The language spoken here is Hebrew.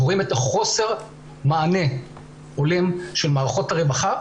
רואים את חוסר המענה ההולם של מערכות הרווחה,